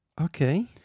Okay